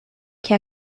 que